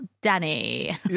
Danny